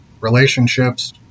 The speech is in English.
relationships